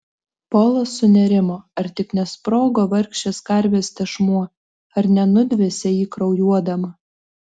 polas sunerimo ar tik nesprogo vargšės karvės tešmuo ar nenudvėsė ji kraujuodama